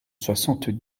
soixante